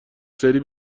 سری